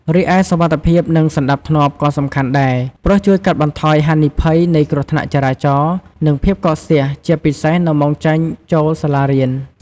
រីឯសុវត្ថិភាព និងសណ្ដាប់ធ្នាប់ក៏សំខាន់ដែរ ព្រោះជួយកាត់បន្ថយហានិភ័យនៃគ្រោះថ្នាក់ចរាចរណ៍ និងភាពកកស្ទះ ជាពិសេសនៅម៉ោងចេញចូលសាលារៀន។